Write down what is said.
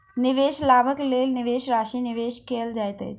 निवेशक लाभक लेल निवेश राशि निवेश कयलैन